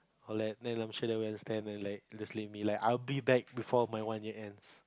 I'll let I'm sure they will understand and like just leave me like I'll be back before my one year ends